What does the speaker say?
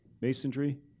Masonry